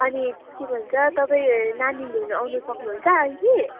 अनि के भन्छ तपाईँ नानी लिन आउन सक्नुहुन्छ अहिले